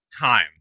time